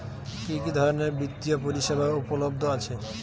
কি কি ধরনের বৃত্তিয় পরিসেবা উপলব্ধ আছে?